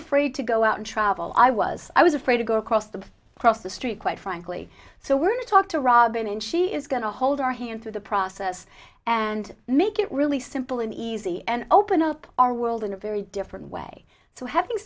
afraid to go out and travel i was i was afraid to go across the across the street quite frankly so we're going to talk to robin and she is going to hold our hand through the process and make it really simple and easy and open up our world in a very different way so having